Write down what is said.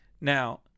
Now-